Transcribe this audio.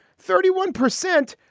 thirty one percent?